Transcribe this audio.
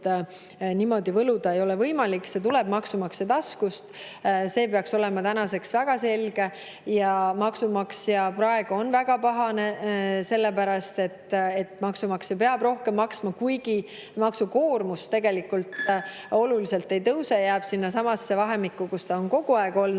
niimoodi võluda, see tuleb maksumaksja taskust. See peaks olema tänaseks väga selge. Maksumaksja on praegu väga pahane, sellepärast et maksumaksja peab rohkem maksma, kuigi maksukoormus tegelikult oluliselt ei tõuse, vaid jääb sinnasamasse vahemikku, kus see on kogu aeg olnud.